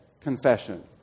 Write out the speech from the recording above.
confession